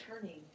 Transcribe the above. turning